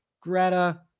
Greta